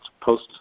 post